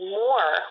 more